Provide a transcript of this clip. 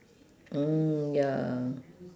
mm ya